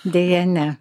deja ne